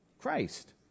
Christ